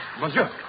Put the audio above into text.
Monsieur